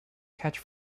catch